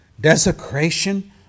desecration